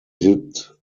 did